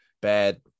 bad